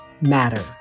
matter